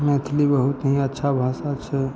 मैथिली बहुत ही अच्छा भाषा छै